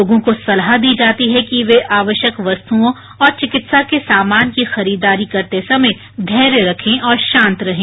लोगों को सलाह दी जाती है कि वे आवश्यक वस्तुओं और चिकित्सा के सामान की खरीदारी करते समय धैर्य रखें और शांत रहें